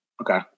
Okay